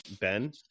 Ben